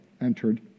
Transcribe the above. entered